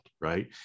right